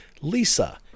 lisa